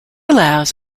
allows